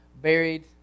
buried